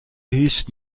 هیچ